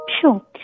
sure